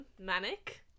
Manic